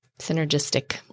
synergistic